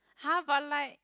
!huh! but like